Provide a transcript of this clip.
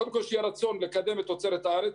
קודם כול, שיהיה רצון לקדם את תוצרת הארץ.